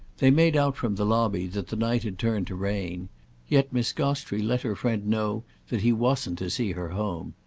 they made out from the lobby that the night had turned to rain yet miss gostrey let her friend know that he wasn't to see her home.